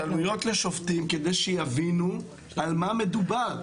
השתלמויות לשופטים, כדי שיבינו על מה מדובר.